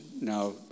Now